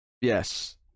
Yes